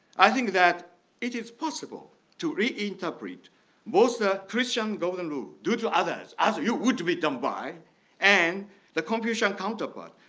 i think that it is possible to reinterpret most ah christian golden rule do to others as you would be done by and the confucian counterpart,